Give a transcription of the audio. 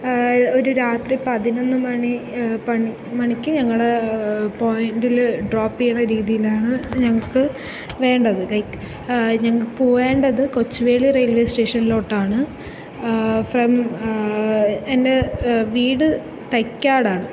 ഒരു രാത്രി പതിനൊന്ന് മണി പണി മണിക്ക് ഞങ്ങൾ പോയിന്റിൽ ഡ്രോപ്പ് ചെയ്യുന്ന രീതിയിലാണ് ഞങ്ങൾക്ക് വേണ്ടത് ലൈക്ക് ഞങ്ങൾക്ക് പോവേണ്ടത് കൊച്ചുവേളി റയിൽവേ സ്റ്റേഷനിലോട്ടാണ് ഫ്രം എൻ്റെ വീട് തൈക്കാടാണ്